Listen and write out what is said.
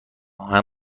آهن